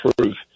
truth